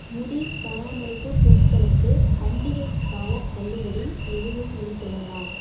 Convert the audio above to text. முடி பராமரிப்பு பொருட்களுக்கு பண்டிகைக் காலத் தள்ளுபடி எதுவும் இருக்கிறதா